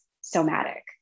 somatic